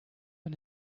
and